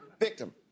victim